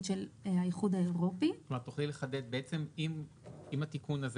של האיחוד האירופי -- את תוכלי לחדד אם התיקון הזה